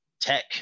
tech